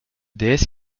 déesse